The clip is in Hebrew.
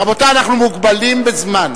רבותי, אנחנו מוגבלים בזמן.